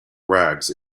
rags